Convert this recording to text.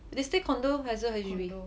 they stay condo 还是 H_D_B